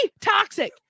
toxic